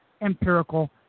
empirical